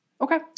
Okay